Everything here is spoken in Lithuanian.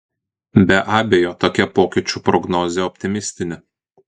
be abejo tokia pokyčių prognozė optimistinė